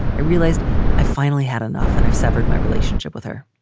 i realized i finally had enough and i've severed my relationship with her.